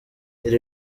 iri